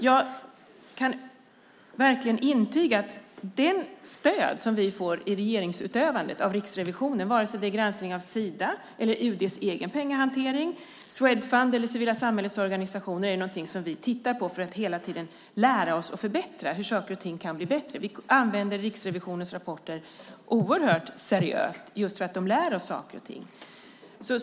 Jag kan verkligen intyga att det stöd som vi får i regeringsutövandet av Riksrevisionen, antingen det är granskning av Sida, UD:s egen pengahantering, Swedfund eller det civila samhällets organisationer är något som vi hela tiden tittar på för att se hur saker och ting kan bli bättre. Vi använder Riksrevisionens rapporter oerhört seriöst just för att de lär oss saker och ting.